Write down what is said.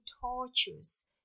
tortures